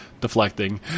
deflecting